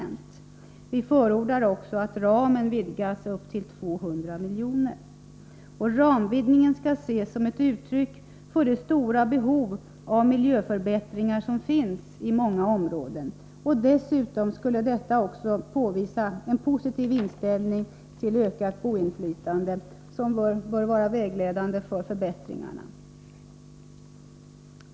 Vi förordar också att ramen vidgas till 200 milj.kr. Ramvidgningen skall ses som ett uttryck för det stora behov av miljöförbättringar som finns i många områden. Dessutom skulle detta också innebära att man visade en positiv inställning till ett ökat boinflytande — något som bör vara vägledande för förbättringarna.